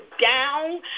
down